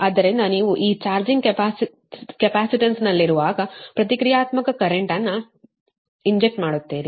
ಆದ್ದರಿಂದ ನೀವು ಆ ಚಾರ್ಜಿಂಗ್ ಕೆಪಾಸಿಟನ್ಸ್ನಲ್ಲಿರುವಾಗ ಪ್ರತಿಕ್ರಿಯಾತ್ಮಕ ಕರೆಂಟ್ ಅನ್ನು ಚುಚ್ಚುತ್ತೀರಿ